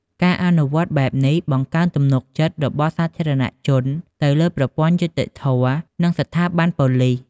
ការអនុវត្តបែបនេះបង្កើនជំនឿទុកចិត្តរបស់សាធារណជនទៅលើប្រព័ន្ធយុត្តិធម៌ និងស្ថាប័នប៉ូលិស។